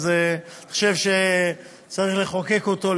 אני חושב שצריך לחוקק אותו,